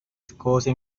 escocia